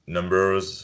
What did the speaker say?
Numbers